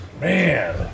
Man